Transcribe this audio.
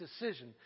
decision